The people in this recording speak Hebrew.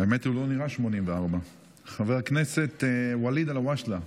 האמת, הוא לא נראה 84. חבר הכנסת ואליד אלהואשלה,